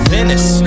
Venice